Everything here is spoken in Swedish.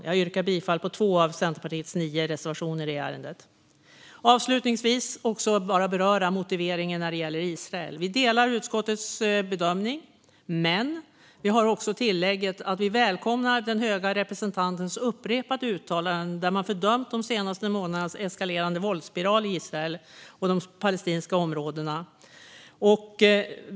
Jag yrkar alltså bifall till två av Centerpartiets nio reservationer i ärendet. Avslutningsvis vill jag beröra motiveringen vad gäller Israel. Vi delar utskottets bedömning, men vi har också ett tillägg om att vi välkomnar den höga representantens upprepade uttalanden där man fördömt de senaste månadernas eskalerande våldsspiral i Israel och de palestinska områdena.